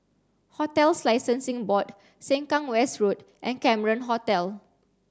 Hotels Licensing Board Sengkang West Road and Cameron Hotel